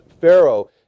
Pharaoh